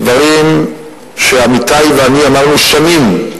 דברים שעמיתי ואני אמרנו שנים,